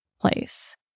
place